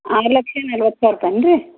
ಆರು ಲಕ್ಷದ ನಲವತ್ತು ಸಾವಿರಕ್ಕೆ ಏನು ರೀ